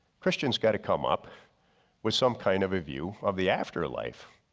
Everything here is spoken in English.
christians got to come up with some kind of a view of the afterlife.